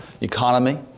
economy